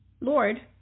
Lord